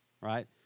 right